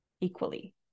equally